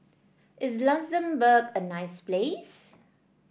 is Luxembourg a nice place